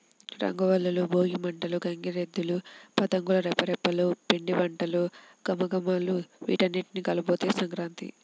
రంగవల్లులు, భోగి మంటలు, గంగిరెద్దులు, పతంగుల రెపరెపలు, పిండివంటల ఘుమఘుమలు వీటన్నింటి కలబోతే సంక్రాంతి